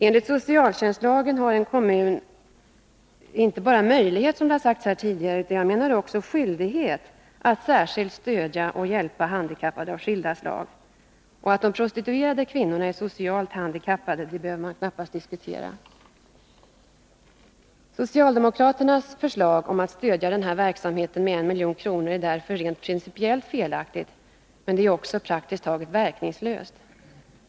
Enligt socialtjänstlagen har en kommun inte bara möjlighet, som har sagts här tidigare, utan också, menar jag, skyldighet att särskilt stödja och hjälpa handikappade av olika slag. Och att de prostituerade kvinnorna är socialt handikappade behöver man knappast diskutera. Socialdemokraternas förslag om att stödja den här verksamheten med 1 milj.kr. är därför principiellt felaktigt. Men det är också praktiskt taget verkningslöst.